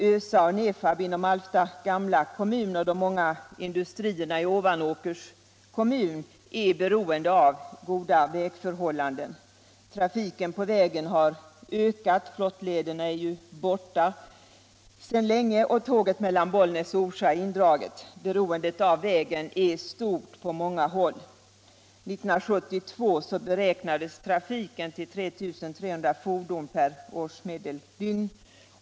ÖSA och Nefab inom Alfta gamla kommun och de många industrierna i Ovanåkers kommuner är beroende av goda vägförhållanden. Trafiken på vägen har ökat — flottlederna är sedan länge borta, och tåget mellan Bollnäs och Orsa är indraget. Beroendet av vägen är stort på många håll. 1972 beräknades trafiken till 3 300 fordon per årsmedeldygn.